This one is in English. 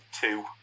two